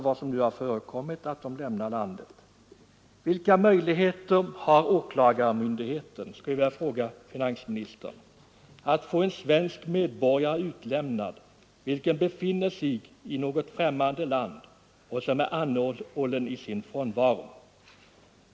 Jag vill fråga finansministern vilka möjligheter åklagarmyndigheten har att få en svensk medborgare utlämnad, som befinner sig i något främmande land och som är anhållen i sin frånvaro.